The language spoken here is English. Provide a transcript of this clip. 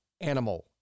animal